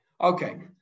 Okay